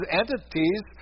entities